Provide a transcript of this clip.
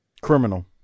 Criminal